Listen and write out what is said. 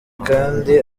kandi